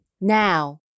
now